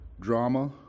drama